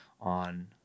on